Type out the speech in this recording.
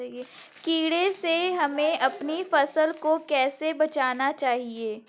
कीड़े से हमें अपनी फसल को कैसे बचाना चाहिए?